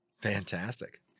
fantastic